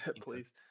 please